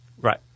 Right